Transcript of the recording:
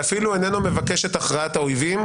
-- ואפילו אינו מבקש את הכרעת העובדים.